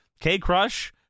K-Crush